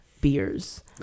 Beers